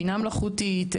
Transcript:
בינה מלאכותית,